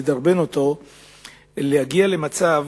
לדרבן אותו להגיע למצב